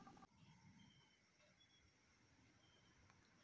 securities trading ह्या परदेशात व्यवसाय करण्याचा यशस्वी तंत्र असा